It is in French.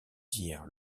dire